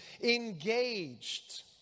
engaged